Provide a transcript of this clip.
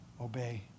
obey